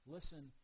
Listen